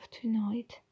tonight